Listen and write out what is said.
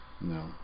No